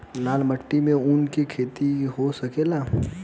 लाल माटी मे ऊँख के खेती हो सकेला?